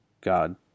God